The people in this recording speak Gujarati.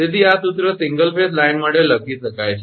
તેથી આ સૂત્ર સિંગલ ફેઝ લાઇન માટે લખી શકાય છે